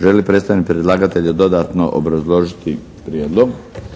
Želi li predstavnik predlagatelja dodatno obrazložiti prijedlog?